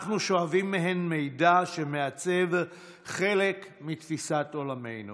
אנחנו שואבים מהן מידע שמעצב חלק מתפיסת עולמנו